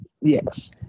yes